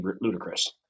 ludicrous